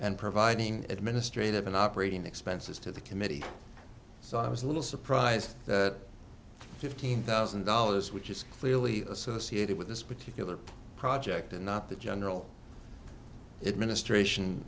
and providing administrative and operating expenses to the committee so i was a little surprised that fifteen thousand dollars which is clearly associated with this particular project and not the general it ministration